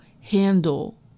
handle